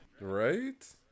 right